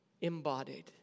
embodied